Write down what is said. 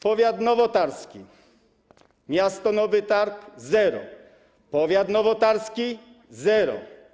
Powiat nowotarski: miasto Nowy Targ - zero, powiat nowotarski - zero.